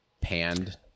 panned